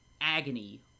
agony